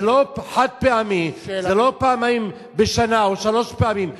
זה לא חד-פעמי וזה לא פעמיים או שלוש פעמים בשנה,